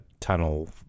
tunnel